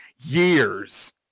Years